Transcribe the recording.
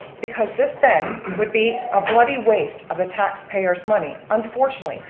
because this then would be a bloody waste of the taxpayer's money unfortunately.